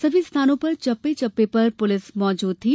सभी स्थानों पर चप्पे चप्पे पर पुलिस मौजूद थी